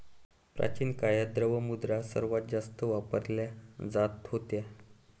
प्राचीन काळात, द्रव्य मुद्रा सर्वात जास्त वापरला जात होता